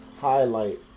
highlight